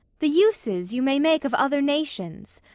the uses you may make of other nations,